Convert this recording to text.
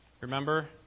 Remember